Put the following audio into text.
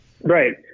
right